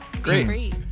Great